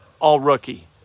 all-rookie